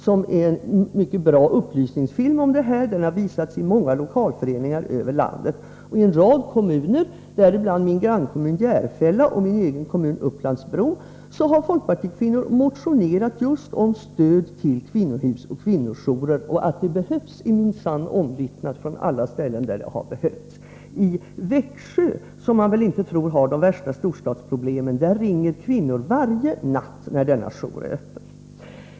Det är en mycket bra upplysningsfilm, och den har visats i många lokalföreningar över landet. I en rad kommuner, däribland min grannkommun Järfälla och min hemkommun Upplands-Bro, har folkpartikvinnor motionerat om stöd till kvinnohus och kvinnojourer. Att sådana behövs är minsann omvittnat från alla ställen där sådana införts. I Växjö, som man väl inte tror har de värsta storstadsproblemen, ringer kvinnor varje natt när kvinnojouren är öppen.